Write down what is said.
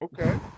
Okay